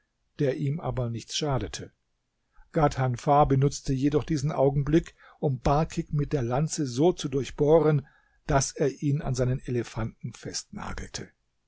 der ihm aber nichts schadete ghadhanfar benutzte jedoch diesen augenblick um barkik mit der lanze so zu durchbohren daß er ihn an seinem elefanten festnagelte